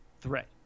threat